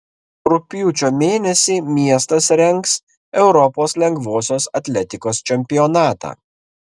rugpjūčio mėnesį miestas rengs europos lengvosios atletikos čempionatą